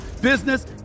business